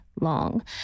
long